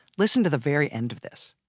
listen to the very end of this